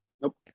Nope